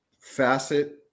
facet